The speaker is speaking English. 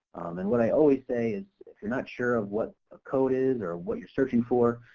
and what i always say is if you're not sure of what a code is or what you're searching for,